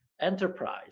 enterprise